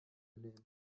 nehmen